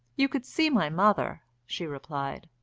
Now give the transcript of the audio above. you could see my mother, she replied.